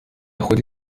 خودی